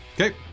Okay